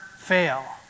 fail